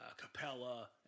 Capella